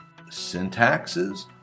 syntaxes